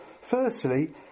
firstly